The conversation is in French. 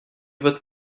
votre